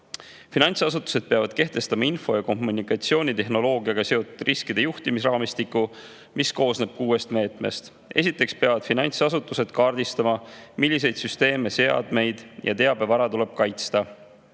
Finantsasutused peavad kehtestama info- ja kommunikatsioonitehnoloogiaga seotud riskide juhtimise raamistiku, mis koosneb kuuest meetmest. Esiteks peavad finantsasutused kaardistama, milliseid süsteeme, seadmeid ja teabevara tuleb kaitsta.